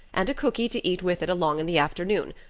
and a cooky to eat with it along in the afternoon,